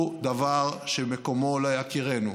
מקומו לא יכירנו.